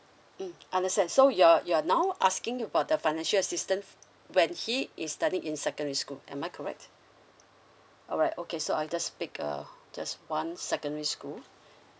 mm understand so you're you're now asking about the financial assistance when he is studying in secondary school am I correct alright okay so I just pick uh just once secondary school